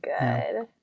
good